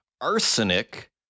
arsenic